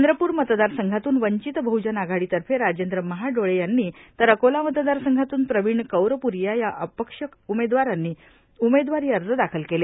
चंद्रपूर मतदारसंघातून वंचित बहुजन आघाडीतर्फे राजेंद्र महाडोळे यांनी तर अकोला मतदारसंघातून प्रवीण कौरपुरीया या अपक्ष उमेदवारानी उमेदवारी अर्ज दाखल केले